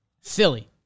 Silly